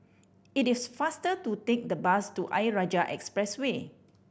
it is faster to take the bus to Ayer Rajah Expressway